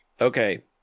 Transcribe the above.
Okay